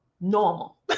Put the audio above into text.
normal